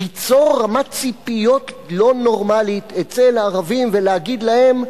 ליצור רמת ציפיות לא נורמלית אצל הערבים ולהגיד להם: